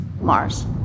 Mars